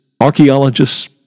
archaeologists